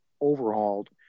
overhauled